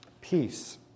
Peace